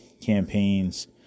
campaigns